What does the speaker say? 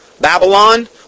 Babylon